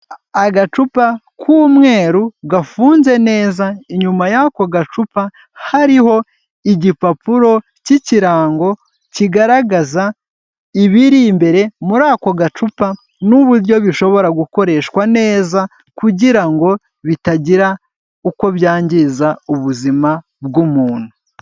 Agacupa k'umweru gafunze neza; inyuma y'ako gacupa hariho igipapuro cy'ikirango kigaragaza ibiri imbere muri ako gacupa; n'uburyo bishobora gukoreshwa neza kugira ngo bitagira uko byangiza ubuzima bw'umuntu.